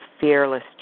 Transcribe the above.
fearless